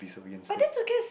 but that who cares